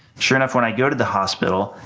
sure enough when i go to the hospital,